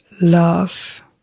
love